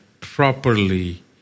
properly